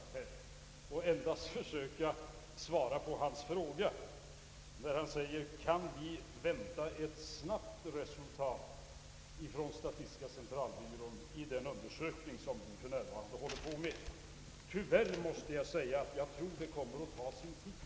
Jag skall endast försöka svara på hans fråga, om vi kan vänta ett snabbt resultat av den undersökning som statistiska centralbyrån för närvarande håller på med. Tyvärr måste jag säga att jag tror den kommer att ta sin tid.